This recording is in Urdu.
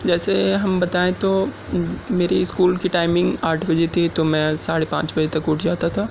جیسے ہم بتائیں تو میری اسکول کی ٹائمنگ آٹھ بجے تھی تو میں ساڑھے پانچ بجے تک اٹھ جاتا تھا